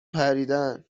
پریدن